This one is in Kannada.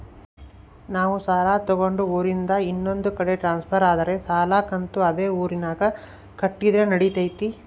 ನಾವು ಸಾಲ ತಗೊಂಡು ಊರಿಂದ ಇನ್ನೊಂದು ಕಡೆ ಟ್ರಾನ್ಸ್ಫರ್ ಆದರೆ ಸಾಲ ಕಂತು ಅದೇ ಊರಿನಾಗ ಕಟ್ಟಿದ್ರ ನಡಿತೈತಿ?